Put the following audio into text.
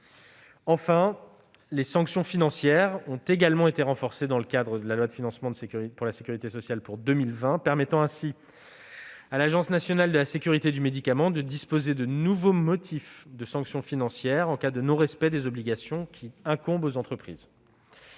Enfin, les sanctions financières ont également été renforcées dans le cadre de la loi de financement de la sécurité sociale pour 2020, ce qui permet à l'Agence nationale de sécurité du médicament et des produits de santé de disposer de nouveaux motifs de sanctions financières en cas de non-respect des obligations incombant aux entreprises.